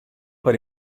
per